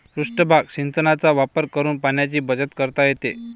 पृष्ठभाग सिंचनाचा वापर करून पाण्याची बचत करता येते